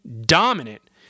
dominant